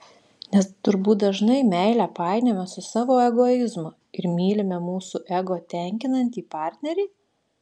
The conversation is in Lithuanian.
nes turbūt dažnai meilę painiojame su savo egoizmu ir mylime mūsų ego tenkinantį partnerį